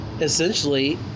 essentially